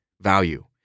value